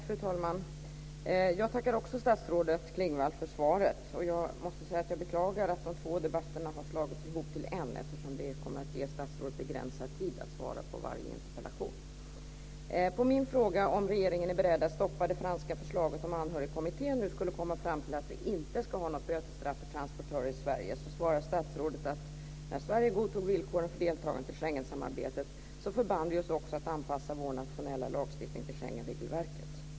Fru talman! Jag tackar också statsrådet Klingvall för svaret. Jag beklagar att de två debatterna har slagits ihop till en, eftersom det kommer att ge statsrådet begränsad tid att svara på varje interpellation. På min fråga om regeringen är beredd att stoppa det franska förslaget om Anhörigkommittén skulle komma fram till att vi inte ska ha något bötesstraff för transportörer i Sverige, svarar statsrådet att när "Sverige godtog villkoren för deltagande i Schengensamarbetet, förband vi oss att anpassa vår interna lagstiftning till Schengenregelverket".